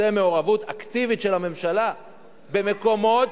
זאת מעורבות אקטיבית של הממשלה במקומות,